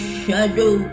shadow